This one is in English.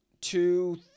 two